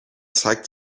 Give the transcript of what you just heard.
zeigt